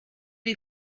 les